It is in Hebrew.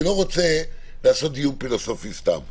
אני לא רוצה לעשות דיון פילוסופי סתם,